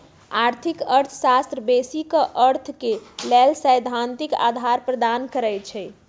आर्थिक अर्थशास्त्र बेशी क अर्थ के लेल सैद्धांतिक अधार प्रदान करई छै